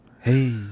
Hey